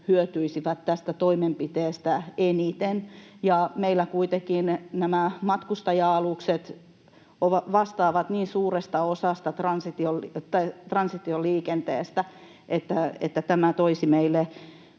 hyötyisivät tästä toimenpiteestä eniten. Meillä kuitenkin nämä matkustaja-alukset vastaavat niin suuresta osasta transitioliikennettä, että tämä toisi meille